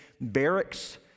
barracks